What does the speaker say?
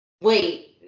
wait